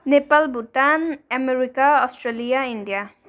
Nepal Bhutan America Australia India